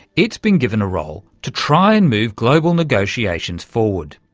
it's been given a role to try and move global negotiations forward.